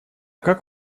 как